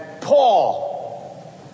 Paul